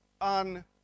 on